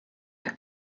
that